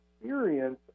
experience